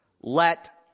Let